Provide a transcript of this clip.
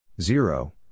zero